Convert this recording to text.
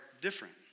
different